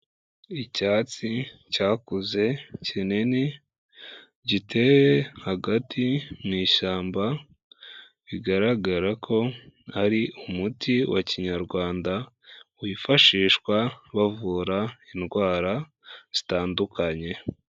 Icyatsi cyakuze kinini; giteye hagati mw'ishyamba, bigaragara ko ari umuti wa kinyarwanda wifashishwa bavura indwara zitandukanye.